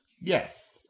Yes